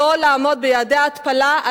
לא לעמוד ביעדי ההתפלה,